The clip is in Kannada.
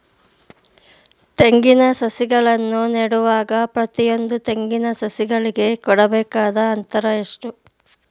ತೆಂಗಿನ ಸಸಿಗಳನ್ನು ನೆಡುವಾಗ ಪ್ರತಿಯೊಂದು ತೆಂಗಿನ ಸಸಿಗಳಿಗೆ ಕೊಡಬೇಕಾದ ಅಂತರ ಎಷ್ಟು?